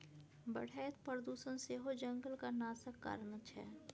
बढ़ैत प्रदुषण सेहो जंगलक नाशक कारण छै